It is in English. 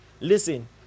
Listen